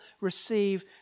receive